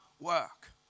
work